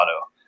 Auto